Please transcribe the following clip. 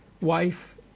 wife